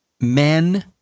men